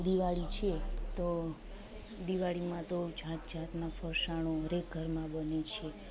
દિવાળી છે તો દિવાળીમાં તો જાત જાતના ફરસાણો હરએક ઘરમાં બને છે